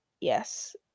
Yes